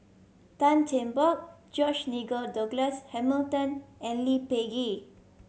Tan Cheng Bock George Nigel Douglas Hamilton and Lee Peh Gee